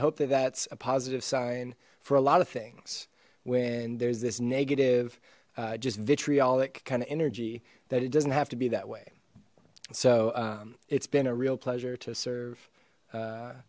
hope that that's a positive sign for a lot of things when there's this negative uh just vitriolic kind of energy that it doesn't have to be that way so um it's been a real pleasure to serve uh